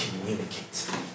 communicate